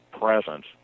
presence